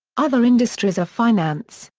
other industries are finance,